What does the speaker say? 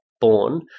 born